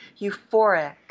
euphoric